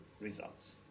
results